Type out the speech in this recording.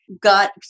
got